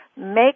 make